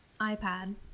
iPad